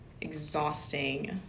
exhausting